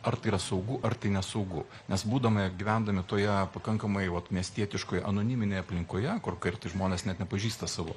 ar tai yra saugu ar tai nesaugu nes būdami gyvendami toje pakankamai vat miestietiškoj anoniminėje aplinkoje kur kartais žmonės net nepažįsta savo